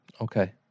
Okay